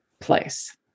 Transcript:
place